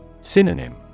Synonym